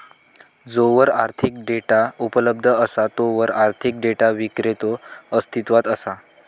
जोवर आर्थिक डेटा उपलब्ध असा तोवर आर्थिक डेटा विक्रेतो अस्तित्वात असता